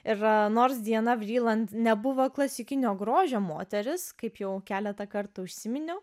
ir nors diana vriland nebuvo klasikinio grožio moteris kaip jau keletą kartų užsiminiau